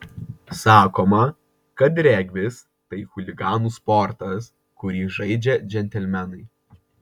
sakoma kad regbis tai chuliganų sportas kurį žaidžia džentelmenai